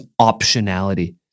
optionality